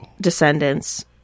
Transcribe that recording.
descendants